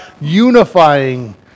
unifying